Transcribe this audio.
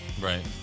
Right